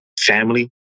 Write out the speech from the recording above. family